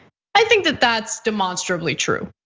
i think that that's demonstrably true.